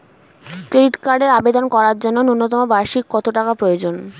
Credit কার্ডের আবেদন করার জন্য ন্যূনতম বার্ষিক কত টাকা প্রয়োজন?